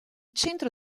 centro